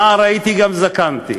נער הייתי גם זקנתי,